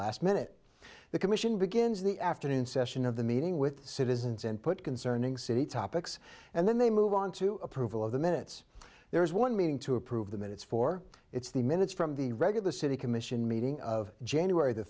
last minute the commission begins the afternoon session of the meeting with citizens input concerning city topics and then they move on to approval of the minutes there is one meeting to approve the minutes for its the minutes from the regular city commission meeting of january the